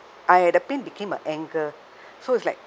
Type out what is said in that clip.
I had a pain became a anger so it's like